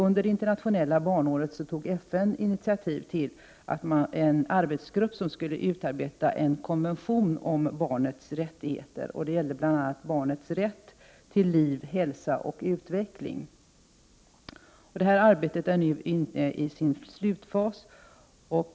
Under det internationella barnåret tog FN initiativ till en arbetsgrupp som skulle utarbeta en konvention om barnens rättigheter, bl.a. deras rätt till liv, hälsa och utveckling. Detta arbete är nu inne i sin slutfas.